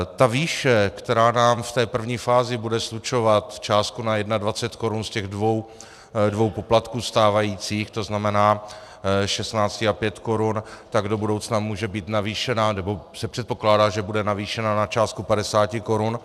Ta výše, která nám v té první fázi bude slučovat částku na 21 korun z těch dvou poplatků stávajících, to znamená 16 a 5 korun, tak do budoucna může být navýšena, nebo se předpokládá, že bude navýšena, na částku 50 korun.